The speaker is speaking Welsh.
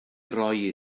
roi